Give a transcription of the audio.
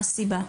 מה הסיבה?